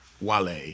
Wale